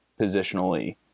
positionally